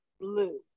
Blue